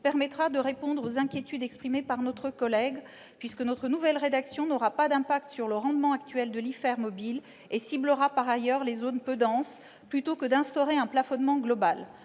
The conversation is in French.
permettra de répondre aux inquiétudes exprimées par notre collègue. Notre nouvelle rédaction n'aura pas d'impact sur le rendement actuel de l'IFER mobile et ciblera par ailleurs les zones peu denses, plutôt que d'instaurer un plafonnement global.